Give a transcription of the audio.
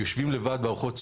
יושבים לבד בארוחות צהריים.